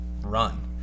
run